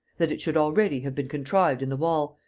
that it should already have been contrived in the wall